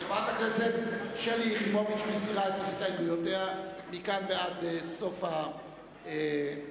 חברת הכנסת שלי יחימוביץ מסירה את הסתייגויותיה מכאן ועד סוף התקציב.